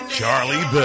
Charlie